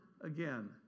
again